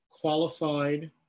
qualified